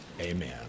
amen